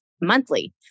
monthly